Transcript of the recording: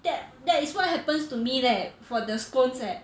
that that is what happens to me leh for the scones eh